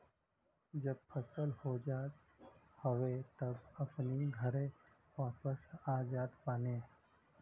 जब फसल हो जात हवे तब अपनी घरे वापस आ जात बाने